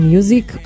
Music